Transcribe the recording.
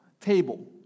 table